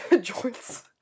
joints